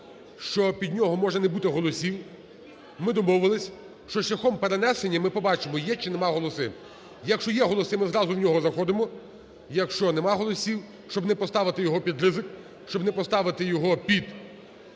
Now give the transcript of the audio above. що під нього може не бути голосів, ми домовились, що шляхом перенесення ми побачимо, є чи немає голосів. Якщо є голоси, ми зразу в нього заходимо; якщо немає голосів, щоб не поставити його під ризик, щоб не поставити його під